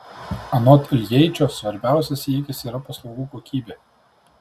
anot iljeičio svarbiausias siekis yra paslaugų kokybė